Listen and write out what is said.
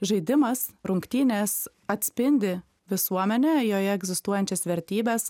žaidimas rungtynės atspindi visuomenę joje egzistuojančias vertybes